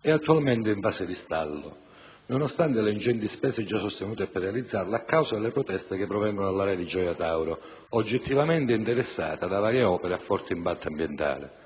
è attualmente in fase di stallo nonostante le ingenti spese già sostenute per realizzarlo a causa delle proteste che provengono dall'area di Gioia Tauro oggettivamente interessata da varie opere a forte impatto ambientale.